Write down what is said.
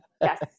yes